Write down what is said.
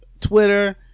twitter